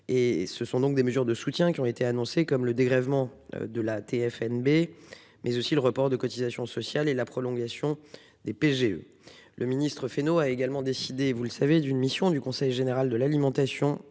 ce sont donc des mesures de soutien qui ont été annoncés comme le dégrèvement de la. NB, mais aussi le report de cotisations sociales et la prolongation des PGE le ministre-Fesneau a également décidé, vous le savez, d'une mission du Conseil général de l'alimentation